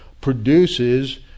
produces